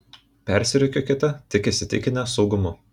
persirikiuokite tik įsitikinę saugumu